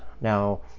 Now